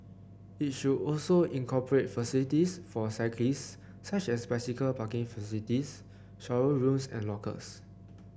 it should also incorporate facilities for cyclists such as bicycle parking facilities shower rooms and lockers